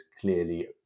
clearly